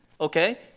okay